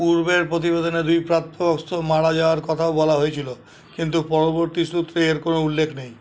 পূর্বের প্রতিবেদনে দুই প্রাপ্তবয়স্ক মারা যাওয়ার কথাও বলা হয়েছিলো কিন্তু পরবর্তী সূত্রে এর কোনো উল্লেখ নেই